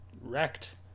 wrecked